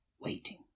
waiting